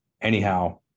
Anyhow